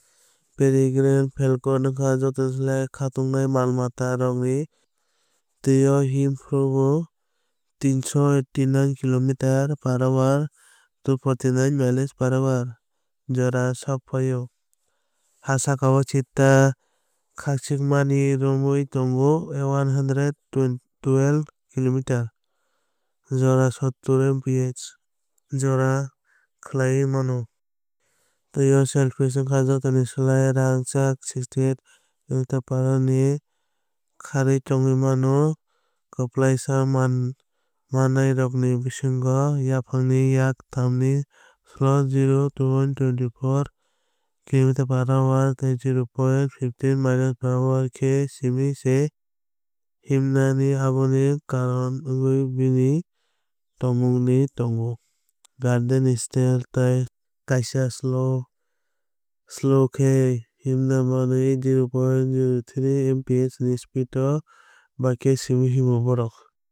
Peregrine falcon wngkha jotoni slai khatungnai mal mata twio himphuru 389 km/h ba 242 mph jora sokphaio. Ha sakao cheetah khachikmani romwi tongo 112 km/h jora 70 mph jora khárwi mano. Twio sailfish wngkha jotoni slai rangchak 68 mph ni rangchak bai thwngwi tongo. Kwplaisa mwtairokni bisingo yaphangni yak thamni sloth 0.24 km/h 0.15 mph khe simi se himnai aboni karon wngkha bini thwngmungni thwngmung. Garden ni snail tei kaisa slow slow khe himnai manwi 0.03 mph ni speed bai simi se himnai.